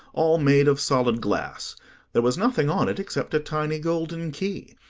all made of solid glass there was nothing on it except a tiny golden key,